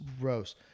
gross